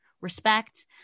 respect